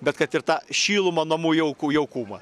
bet kad ir tą šilumą namų jaukų jaukumą